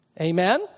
Amen